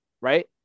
right